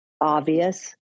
obvious